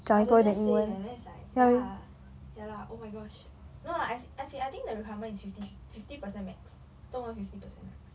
I don't dare say eh and then it's like ya ya lah oh my gosh no lah as i~ as in I think the requirement is fifty fifty percent max~ 中文 fifty percent max~